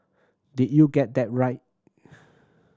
did you get that right